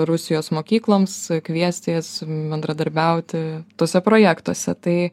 rusijos mokykloms kviesti jas bendradarbiauti tuose projektuose tai